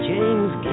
James